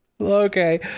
okay